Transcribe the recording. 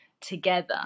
together